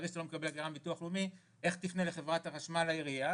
ברגע שאתה לא מקבל הכרה מביטוח לאומי איך תפנה לחברת החשמל ולעירייה?